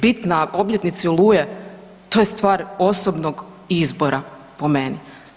Bit na obljetnici Oluje to je stvar osobnog izbora po meni.